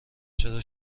چرا